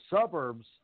suburbs